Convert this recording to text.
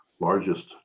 Largest